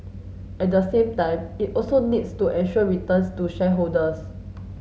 at the same time it also needs to ensure returns to shareholders